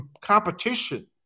competition